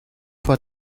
foy